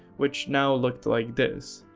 which now looked like this.